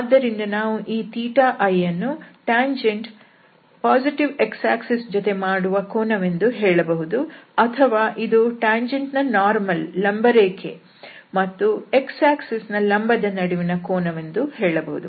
ಆದ್ದರಿಂದ ನಾವು ಈ i ಅನ್ನು ಟ್ಯಾಂಜೆಂಟ್ ಧನಾತ್ಮಕ x ಅಕ್ಷರೇಖೆ ಯ ಜೊತೆ ಮಾಡುವ ಕೋನವೆಂದು ಹೇಳಬಹುದು ಅಥವಾ ಇದು ಟ್ಯಾಂಜೆಂಟ್ ನ ಲಂಬರೇಖೆ ಮತ್ತು x ಅಕ್ಷರೇಖೆಯ ಲಂಬದ ನಡುವಿನ ಕೋನವೆಂದು ಹೇಳಬಹುದು